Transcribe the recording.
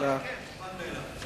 מובן מאליו.